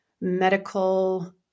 medical